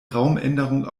raumänderung